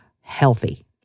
healthy